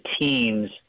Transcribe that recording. teams